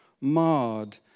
Marred